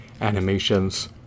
animations